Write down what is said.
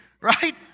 right